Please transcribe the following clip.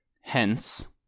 hence